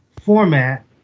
format